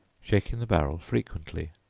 shaking the barrel frequently.